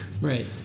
Right